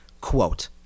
Quote